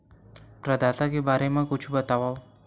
प्रदाता के बारे मा कुछु बतावव?